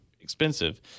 expensive